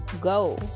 go